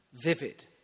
Vivid